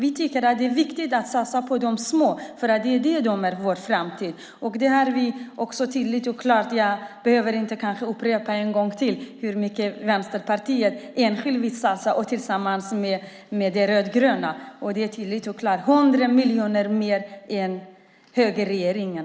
Vi tycker att det är viktigt att satsa på de små, för de är vår framtid. Det har vi också tydligt gjort klart. Jag behöver kanske inte upprepa en gång till hur mycket Vänsterpartiet vill satsa, enskilt och tillsammans med de rödgröna, för det är tydligt och klart: 100 miljoner mer än regeringen.